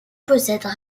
possèdent